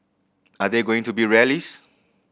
are there going to be rallies